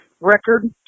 record